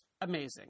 amazing